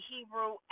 Hebrew